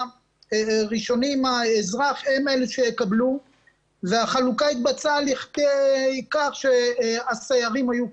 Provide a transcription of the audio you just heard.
ראשוני עם האזרח הם אלה שיקבלו והחלוקה התבצעה כך שהסיירים היו קודמים,